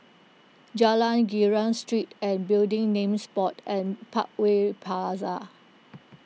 Jalan Girang Street and Building Names Board and Partway Paza